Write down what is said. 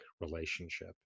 relationship